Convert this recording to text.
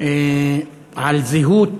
על הזהות,